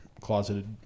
closeted